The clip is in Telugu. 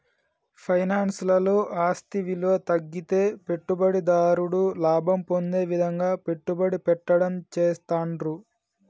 ఫైనాన్స్ లలో ఆస్తి విలువ తగ్గితే పెట్టుబడిదారుడు లాభం పొందే విధంగా పెట్టుబడి పెట్టడం చేస్తాండ్రు